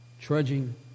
trudging